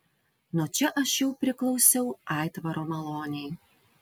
nuo čia aš jau priklausiau aitvaro malonei